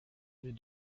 les